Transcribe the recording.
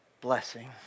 blessing